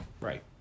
Right